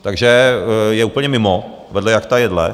Takže je úplně mimo, vedle jak ta jedle.